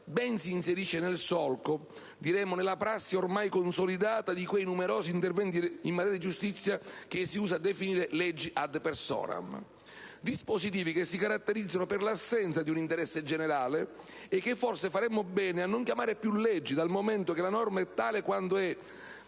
ben si inserisce nel solco - anzi, nella prassi ormai consolidata - di quei numerosi interventi in materia di giustizia che si usa definire leggi *ad personam*, dispositivi che si caratterizzano per l'assenza di un interesse generale e che forse faremmo bene a non chiamare più leggi, dal momento che la norma è tale quando